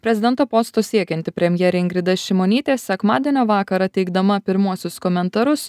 prezidento posto siekianti premjerė ingrida šimonytė sekmadienio vakarą teikdama pirmuosius komentarus